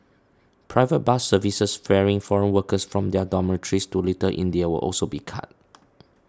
private bus services ferrying foreign workers from their dormitories to Little India will also be cut